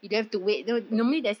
oh